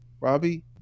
Robbie